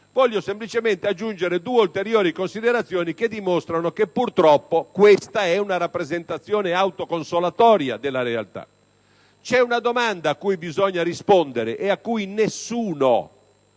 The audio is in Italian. voglio semplicemente aggiungere due ulteriori considerazioni che dimostrano che purtroppo questa è una rappresentazione autoconsolatoria della realtà. C'è una domanda a cui bisogna rispondere e a cui nessun